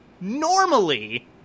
normally